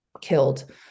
killed